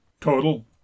Total